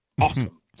Awesome